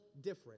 different